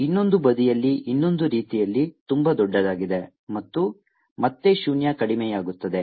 ಇನ್ನೊಂದು ಬದಿಯಲ್ಲಿ ಇನ್ನೊಂದು ರೀತಿಯಲ್ಲಿ ತುಂಬಾ ದೊಡ್ಡದಾಗಿದೆ ಮತ್ತು ಮತ್ತೆ ಶೂನ್ಯ ಕಡಿಮೆಯಾಗುತ್ತದೆ